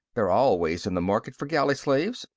they're always in the market for galley slaves,